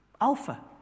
Alpha